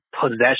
possession